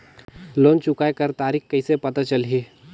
Loan चुकाय कर तारीक कइसे पता चलही?